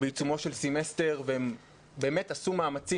בעיצומו של סמסטר והם באמת עשו מאמצים